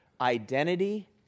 Identity